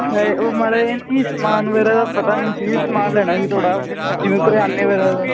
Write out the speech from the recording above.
ਹਾਏ ਉਹ ਮਾੜਾ ਜਿਹਾ ਨਾ ਜੀ ਸਮਾਨ ਵਗੈਰਾ ਦਾ ਪਤਾ ਨਹੀਂ ਸੀ ਜੀ ਸਮਾਨ ਲੈਣਾ ਸੀ ਥੋੜ੍ਹਾ ਜਿਵੇਂ ਕਰਿਆਨੇ ਦਾ ਜ਼ਿਆਦਾ